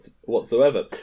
whatsoever